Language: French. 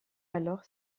alors